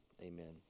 Amen